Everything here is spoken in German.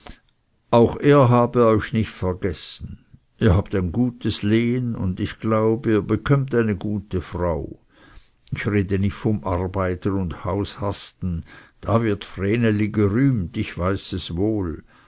auch er habe euch nicht vergessen ihr habt ein gutes lehen und ich glaube ihr bekommt eine gute frau ich rede nicht vom arbeiten und haushasten da wird vreneli gerühmt ich weiß es wohl